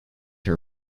her